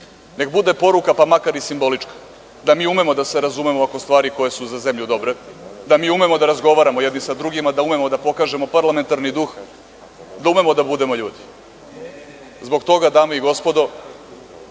neka bude poruka pa makar i simbolička, da mi umemo da se razumemo oko stvari koje su za zemlju dobre, da mi umemo da razgovaramo jedni sa drugima, da umemo da pokažemo parlamentarni duh, da umemo da budemo ljudi. Zbog toga, dame i gospodo,